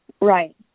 Right